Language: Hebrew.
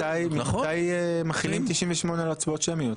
מתי מחילים את 98 על הצבעות שמיות?